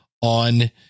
on